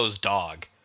dog